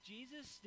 Jesus